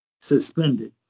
suspended